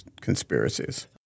conspiracies